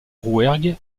rouergue